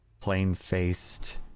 plain-faced